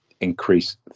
increase